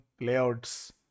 layouts